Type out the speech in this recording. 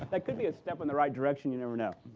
that could be a step in the right direction. you never know.